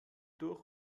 durch